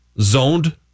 zoned